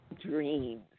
dreams